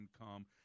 income